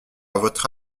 votre